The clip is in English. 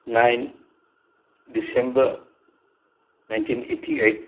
nine December nineteen eighty eight